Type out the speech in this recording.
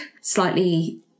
slightly